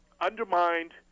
undermined